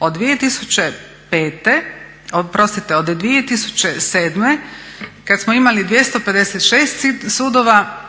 Od 2007. kada smo imali 256 sudova